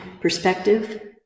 perspective